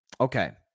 Okay